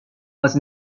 was